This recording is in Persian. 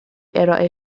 ارائه